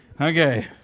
Okay